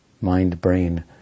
mind-brain